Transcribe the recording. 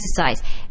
exercise